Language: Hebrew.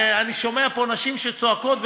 ואני שומע פה נשים שצועקות,